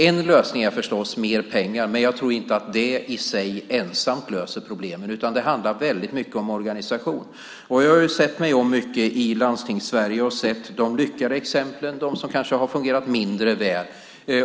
En lösning är förstås mer pengar, men jag tror inte att det i sig ensamt löser problemen, utan det handlar väldigt mycket om organisation. Jag har sett mig om mycket i Landstings-Sverige och sett både de lyckade exemplen och de exempel som kanske har fungerat mindre väl.